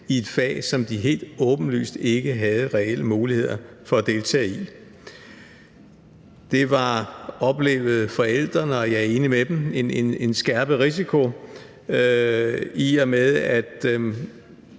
i et fag, som de helt åbenlyst ikke havde reelle muligheder for at deltage i. Det var – oplevede forældrene, og jeg er enig med dem – en skærpet risiko, i og med at